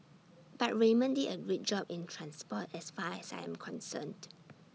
but Raymond did A great job in transport as far as I am concerned